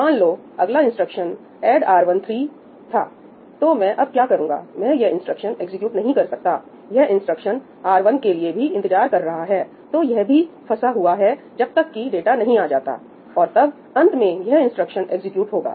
मान लो अगला इंस्ट्रक्शन ऐड R13 था तो मैं अब क्या करूंगा मैं यह इंस्ट्रक्शन एग्जीक्यूट नहीं कर सकता यह इंस्ट्रक्शन R1 के लिए भी इंतजार कर रहा है तो यह भी फंसा हुआ है जब तक की डाटा नहीं आ जाता और तब अंत में यह इंस्ट्रक्शन एग्जीक्यूट होगा